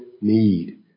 need